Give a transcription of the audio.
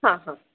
हां हां